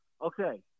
Okay